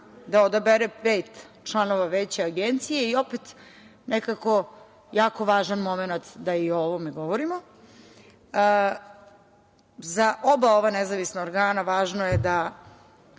da odabere pet članova Veća Agencije i opet nekako jako važan momenat da i ovome govorimo. Za oba ova nezavisna organa važno je da